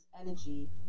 energy